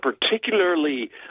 particularly